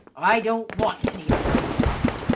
i don't want any of her messages!